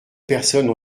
personnes